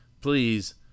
please